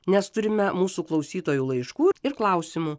nes turime mūsų klausytojų laiškų ir klausimų